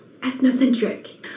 ethnocentric